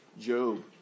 Job